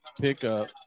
pickup